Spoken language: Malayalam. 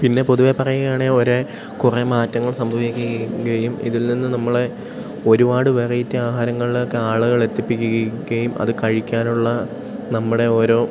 പിന്നെ പൊതുവേ പറയുകയാണേ ഒരേ കുറേ മാറ്റങ്ങൾ സംഭവിക്കുകയും ക്കുകയും ഇതിൽ നിന്നു നമ്മളെ ഒരുപാട് വെറൈറ്റി ആഹാരങ്ങളിലേക്ക് ആളുകൾ എത്തിപ്പിക്കുകയും ക്കുകയും അത് കഴിക്കാനുള്ള നമ്മുടെ ഓരോ